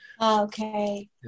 Okay